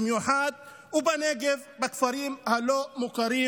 ובנגב, בכפרים הלא-מוכרים,